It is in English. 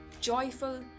joyful